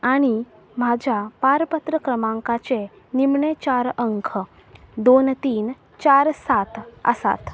आनी म्हाज्या पारपत्र क्रमांकाचे निमणें चार अंक दोन तीन चार सात आसात